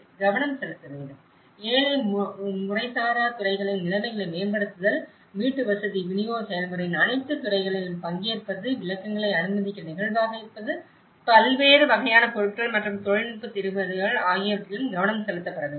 கவனம் செலுத்த வேண்டும் ஏழை முறைசாரா துறைகளின் நிலைமைகளை மேம்படுத்துதல் வீட்டுவசதி விநியோக செயல்முறையின் அனைத்து துறைகளிலும் பங்கேற்பது விளக்கங்களை அனுமதிக்க நெகிழ்வாக இருப்பது பல்வேறு வகையான பொருட்கள் மற்றும் தொழில்நுட்ப தீர்வுகள் ஆகியவற்றிலும் கவனம் செலுத்தப்பட வேண்டும்